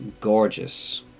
gorgeous